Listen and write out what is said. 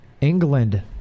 England